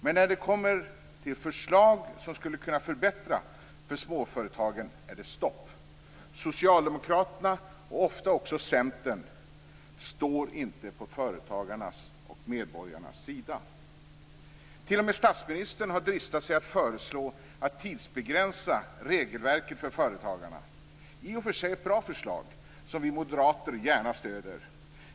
Men när det kommer till förslag som skulle kunna förbättra för småföretagen är det stopp. Socialdemokraterna och ofta även Centern står inte på företagarnas och medborgarnas sida. T.o.m. statsministern har dristat sig att föreslå att man skall tidsbegränsa regelverket för företagarna. Det är i och för sig ett bra förslag, som vi moderater gärna stöder.